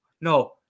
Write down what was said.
no